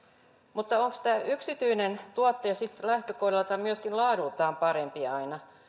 mutta onko yksityinen tuottaja sitten lähtökohdiltaan myöskin laadultaan aina parempi